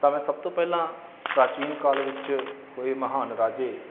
ਤਾਂ ਮੈਂ ਸਭ ਤੋਂ ਪਹਿਲਾਂ ਪ੍ਰਾਚੀਨ ਕਾਲ ਵਿੱਚ ਹੋਏ ਮਹਾਨ ਰਾਜੇ